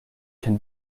can